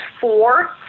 four